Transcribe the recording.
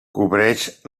cobreix